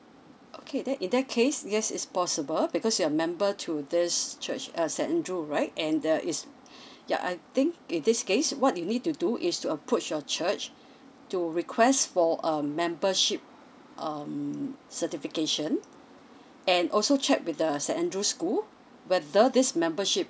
okay then in that case yes it's possible because you're member to this church uh saint andrew right and uh is ya I think in this case what you need to do is to approach your church to request for a membership um certification and also check with the saint andrew school whether this membership